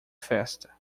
festa